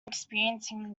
experiencing